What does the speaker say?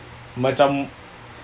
macam